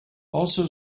also